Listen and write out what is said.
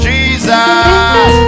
Jesus